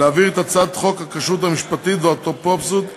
להעביר את הצעת חוק הכשרות המשפטית והאפוטרופסות (תיקון,